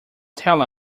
tell